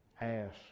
Ask